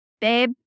babe